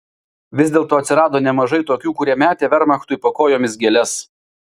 vis dėlto atsirado nemažai tokių kurie metė vermachtui po kojomis gėles